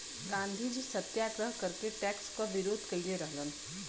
गांधीजी ने सत्याग्रह करके टैक्स क विरोध कइले रहलन